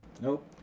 Nope